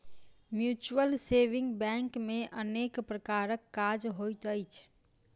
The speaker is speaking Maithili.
म्यूचुअल सेविंग बैंक मे अनेक प्रकारक काज होइत अछि